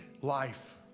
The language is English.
life